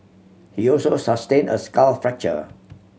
he also sustained a skull fracture